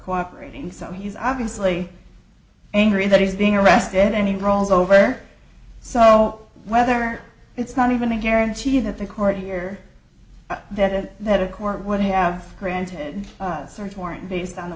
cooperating so he's obviously angry that he's being arrested any rolls over so whether it's not even a guarantee that the court here that it that a court would have granted search warrant based on the